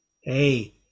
hey